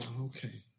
okay